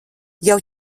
jau